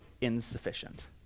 insufficient